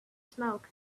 smoke